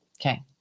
Okay